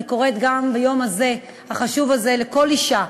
אני קוראת גם ביום החשוב הזה לכל אישה,